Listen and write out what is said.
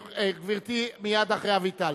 גברתי, מייד אחרי אביטל.